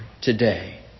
today